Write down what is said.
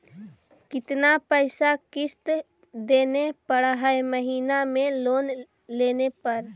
कितना पैसा किस्त देने पड़ है महीना में लोन लेने पर?